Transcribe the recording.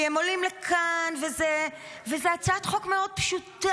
כי הם עולים לכאן, וזה הצעת חוק מאוד פשוטה.